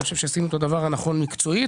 אני חושב שעשינו את הדבר הנכון מקצועית.